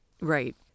Right